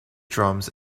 drums